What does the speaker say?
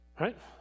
Right